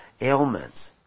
ailments